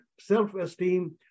self-esteem